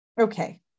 Okay